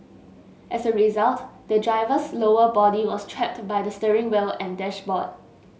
as a result the driver's lower body was trapped by the steering wheel and dashboard